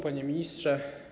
Panie Ministrze!